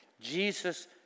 Jesus